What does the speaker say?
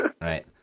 right